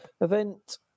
event